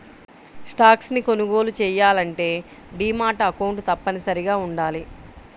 stocks ని కొనుగోలు చెయ్యాలంటే డీమాట్ అకౌంట్ తప్పనిసరిగా వుండాలి